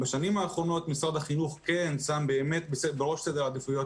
בשנים האחרונות משרד החינוך כן שם באמת בראש סדר העדיפויות